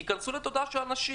תיכנסו לתודעה של אנשים.